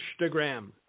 Instagram